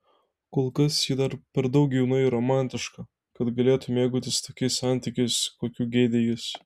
kol kas ji dar per daug jauna ir romantiška kad galėtų mėgautis tokiais santykiais kokių geidė jis